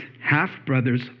half-brother's